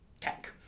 tech